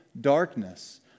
darkness